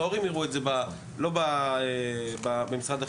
שההורים יראו את זה לא במשרד החינוך,